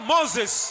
Moses